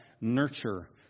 nurture